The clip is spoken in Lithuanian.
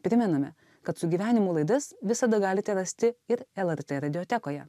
primename kad su gyvenimu laidas visada galite rasti ir lrt radiotekoje